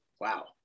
wow